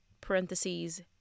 parentheses